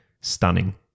Stunning